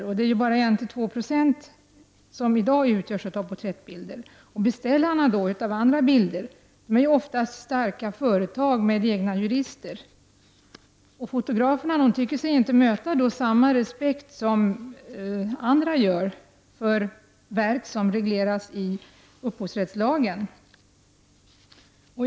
Endast 1-2 96 av fotografierna utgörs i dag av porträttbilder. Beställarna av andra bilder är oftast starka företag med egna jurister till förfogande. Fotograferna tycker sig inte möta samma respekt som andra gör för verk som regleras i upphovsrättslagen.